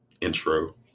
intro